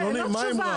זה לא תשובה.